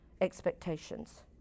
expectations